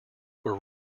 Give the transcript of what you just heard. were